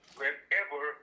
whenever